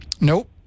nope